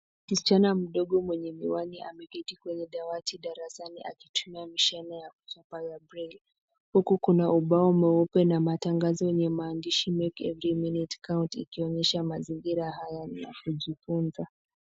Msichana mdogo mwenye miwani ameketi kwenye dawati darasani akitumia mashine ya braille huku kuna ubao mweupe na matangazo yenye maandishi, make every minute count, ikionyesha mazingira haya ni ya kujifunza.